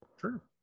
sure